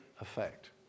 effect